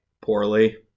Poorly